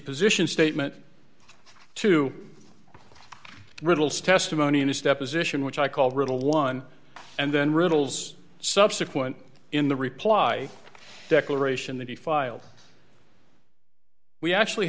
position statement to riddle's testimony in his deposition which i called little one and then riddles subsequent in the reply declaration that he filed we actually